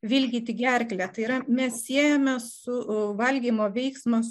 vilgyti gerklę tai yra mes siejame su valgymo veiksmas